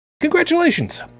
congratulations